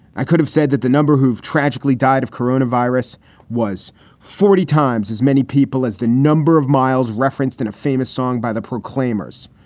i could have said that the number who have tragically died of corona virus was forty times as many people as the number of miles referenced in a famous song by the proclaimers.